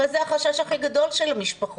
הרי זה החשש הכי גדול של המשפחות.